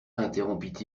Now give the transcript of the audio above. interrompit